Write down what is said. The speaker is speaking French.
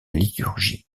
liturgie